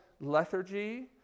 lethargy